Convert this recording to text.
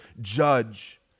judge